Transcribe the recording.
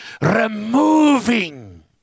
Removing